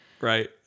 Right